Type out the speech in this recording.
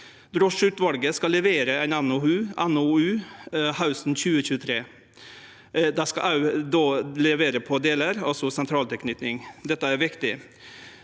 Drosjeutvalet skal levere ein NOU hausten 2023. Dei skal levere på delar, også sentraltilknyting. Dette er viktig.